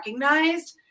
recognized